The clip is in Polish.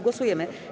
Głosujemy.